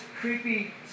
creepy